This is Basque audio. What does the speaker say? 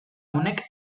honek